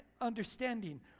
understanding